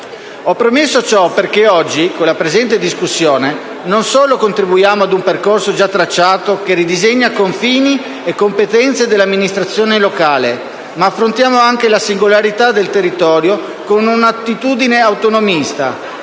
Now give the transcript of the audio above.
Ho premesso ciò perché oggi, con la presente discussione, non solo contribuiamo ad un percorso già tracciato, che ridisegna confini e competenze dell'amministrazione locale, ma affrontiamo anche la singolarità del territorio con un'attitudine autonomista,